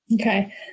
Okay